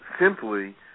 simply